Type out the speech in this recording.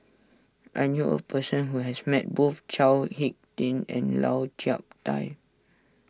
I knew a person who has met both Chao Hick Tin and Lau Chiap Khai